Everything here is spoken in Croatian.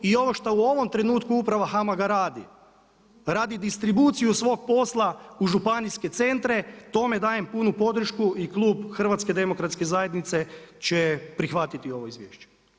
I ovo što u ovom trenutku uprava HAMAG-a radi, radi distribuciju svog posla u županijske centre, tome dajem punu podršku i klub HDZ-a će prihvatiti ovo izvješće.